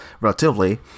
relatively